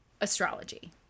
astrology